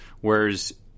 Whereas